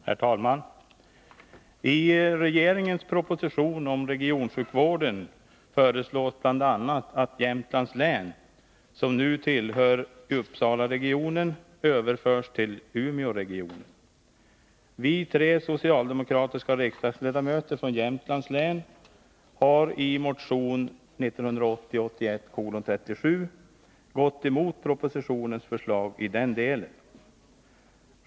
Herr talman! I regeringens proposition om regionsjukvården föreslås bl.a. att Jämtlands län, som nu tillhör Uppsalaregionen, överförs till Umeåregionen. Vi tre socialdemokratiska riksdagsledamöter från Jämtlands län har i motion 1980/81:37 gått emot propositionens förslag i den delen.